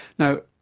now,